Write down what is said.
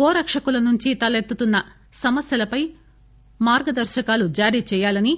గోరక్షకుల నుండి తలెత్తుతున్న సమస్యలపై మార్గదర్శకలు జారీ చేయాలని